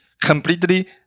completely